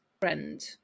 friend